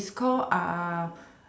is call